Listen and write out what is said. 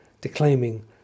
declaiming